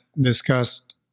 discussed